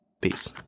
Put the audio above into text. Peace